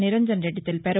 నిరంజన్రెడ్డి తెలిపారు